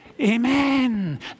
Amen